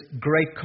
great